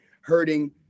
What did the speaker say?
hurting